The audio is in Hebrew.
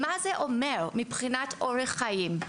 ומה זה אומר מבחינת אורח חיים.